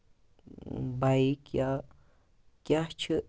bike یا کیٛاہ چھِ